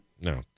No